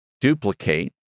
duplicate